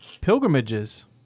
Pilgrimages